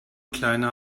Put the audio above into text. kleiner